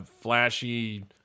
flashy